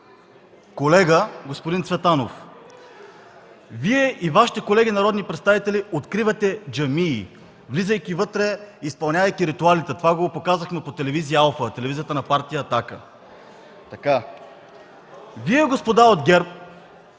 колега господин Цветанов. Вие и Вашите колеги народни представители откривате джамии, влизайки вътре и изпълнявайки ритуали – това го показахме по телевизия „Алфа”, телевизията на Партия „Атака”. Вие, господа от ГЕРБ,